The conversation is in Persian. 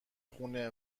خونه